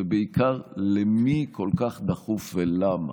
ובעיקר, למי כל כך דחוף ולמה.